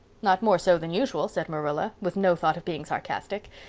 not more so than usual, said marilla, with no thought of being sarcastic.